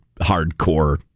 hardcore